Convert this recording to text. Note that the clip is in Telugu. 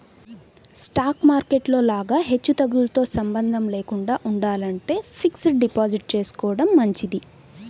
స్టాక్ మార్కెట్ లో లాగా హెచ్చుతగ్గులతో సంబంధం లేకుండా ఉండాలంటే ఫిక్స్డ్ డిపాజిట్ చేసుకోడం మంచిది